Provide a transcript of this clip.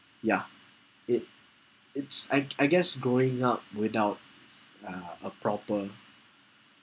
ya it it's I I guess growing up without uh a proper